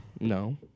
No